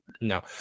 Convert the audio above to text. no